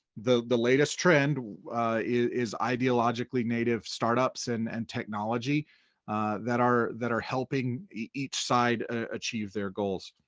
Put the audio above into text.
the the latest trend is ideologically native startups and and technology that are that are helping each side ah achieve their goals.